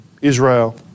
Israel